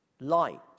light